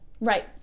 Right